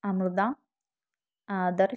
Amrita Adarsh